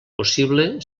possible